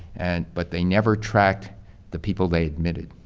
and but they never tracked the people they admitted.